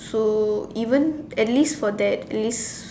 so even at least for that least